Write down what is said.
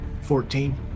Fourteen